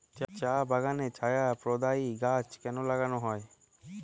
চা বাগানে ছায়া প্রদায়ী গাছ কেন লাগানো হয়?